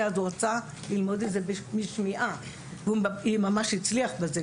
אז הוא רצה ללמוד את זה משמיעה והוא ממש הצליח בזה,